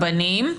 כרבנים,